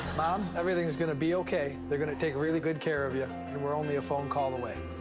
everything is gonna be okay. they're gonna take really good care of you, and we're only a phone call away.